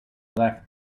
left